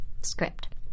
Script